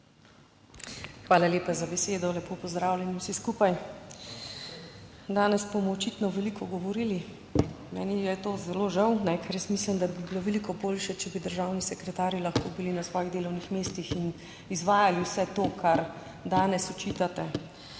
Hvala lepa za besedo. Lepo pozdravljeni vsi skupaj! Danes bomo očitno veliko govorili, meni je to zelo žal, ker jaz mislim, da bi bilo veliko boljše, če bi državni sekretarji lahko bili na svojih delovnih mestih in izvajali vse to, kar danes očitate.